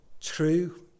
true